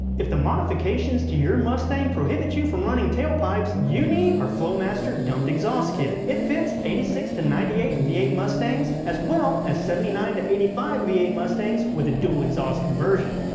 if the modifications to your mustang prohibit you from running tailpipes, you need our flowmaster dumped exhaust kit. it fits eighty six to ninety eight v eight mustangs, as well as seventy nine to eighty five v eight mustangs with a dual exhaust conversion.